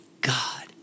God